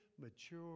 mature